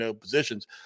positions